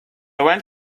went